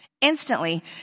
Instantly